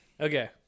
Okay